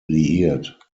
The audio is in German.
liiert